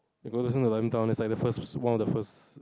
it goes on lion town is like the first one of the first